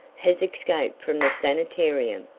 has escaped from the sanitarium,